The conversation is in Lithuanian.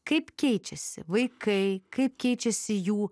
kaip keičiasi vaikai kaip keičiasi jų